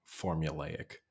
formulaic